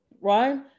right